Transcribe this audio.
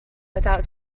without